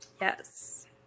Yes